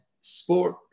sport